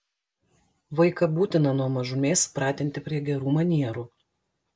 vaiką būtina nuo mažumės pratinti prie gerų manierų